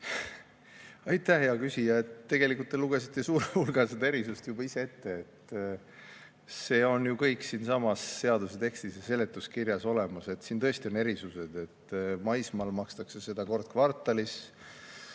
Aitäh, hea küsija! Tegelikult te lugesite suure hulga sellest erisusest juba ise ette. See on ju kõik siinsamas seaduse tekstis ja seletuskirjas olemas. Siin tõesti on erisused, et maismaal makstakse seda kord kvartalis,